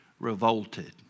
Revolted